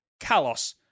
Kalos